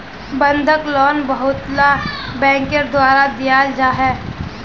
बंधक लोन बहुतला बैंकेर द्वारा दियाल जा छे